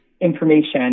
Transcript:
information